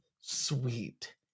sweet